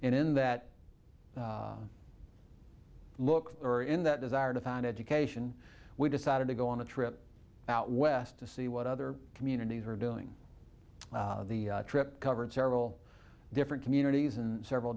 in that look or in that desire to find education we decided to go on a trip out west to see what other communities were doing the trip covered several different communities and several